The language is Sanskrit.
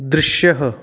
दृश्यः